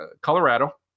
Colorado